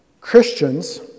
Christians